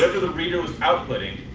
ah the reader was outputting,